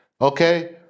Okay